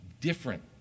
different